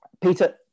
Peter